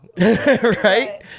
Right